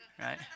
right